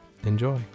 Enjoy